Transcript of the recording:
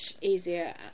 easier